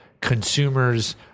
consumers